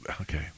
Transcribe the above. okay